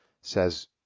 says